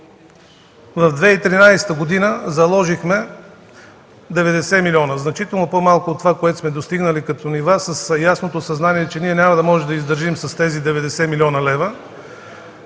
2013 г. заложихме 90 милиона – значително по-малко от това, което сме достигнали като нива с ясното съзнание, че ние няма да можем да издържим с тези 90 млн. лв.